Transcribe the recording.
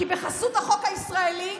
כי בחסות החוק הישראלי,